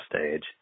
stage